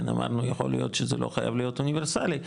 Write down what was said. אמרנו שזה לא חייב להיות אוניברסלי,